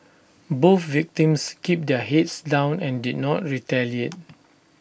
both victims kept their heads down and did not retaliate